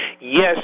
Yes